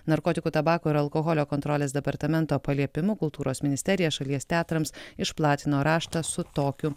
narkotikų tabako ir alkoholio kontrolės departamento paliepimu kultūros ministerija šalies teatrams išplatino raštą su tokiu